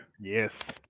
Yes